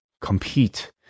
compete